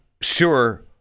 sure